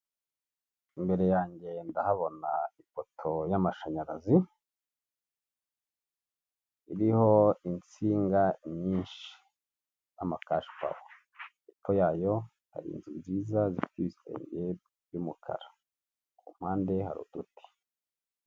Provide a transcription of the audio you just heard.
Imbere yanjye ndahabona ifoto y'amashanyarazi iriho insinga nyinshi nama kashipawa hepfo yayo hari inzu nziza zifite ibisenge by'umukara ku mpande hari uduti.